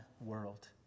world